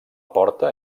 porta